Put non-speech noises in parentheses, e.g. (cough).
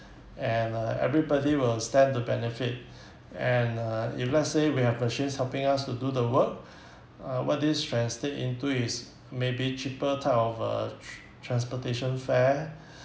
and uh everybody will stand to benefit (breath) and uh if let's say we have machines helping us to do the work (breath) uh what this translate into is maybe cheaper type of uh t~ transportation fare (breath)